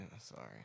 Sorry